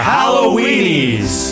Halloweenies